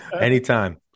anytime